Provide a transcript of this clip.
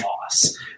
loss